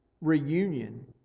reunion